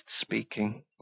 speaking